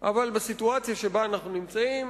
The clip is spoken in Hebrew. אבל בסיטואציה שבה אנחנו נמצאים,